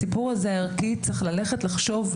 הסיפור הזה הערכי צריך ללכת לחשוב,